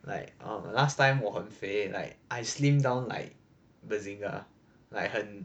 like um last time 我很肥 like I slimmed down like bazinga like 很